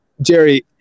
Jerry